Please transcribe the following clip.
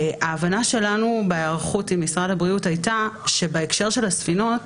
ההבנה שלנו בהיערכות עם משרד הבריאות הייתה שבהקשר של הספינות,